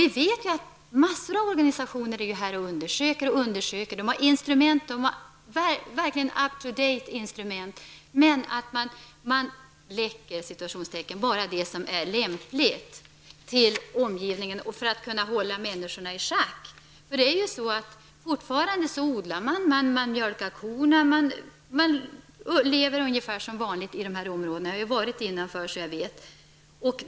Vi vet att många organisationer gör undersökning efter undersökning på platsen. De har verkligen instrument som är up to date. Men man ''läcker'' bara det som är lämpligt till omgivningen, för att kunna hålla människorna i schack. Fortfarande odlar man, mjölkar korna, lever ungefär som vanligt i de här områdena. Jag har varit innanför, så jag vet.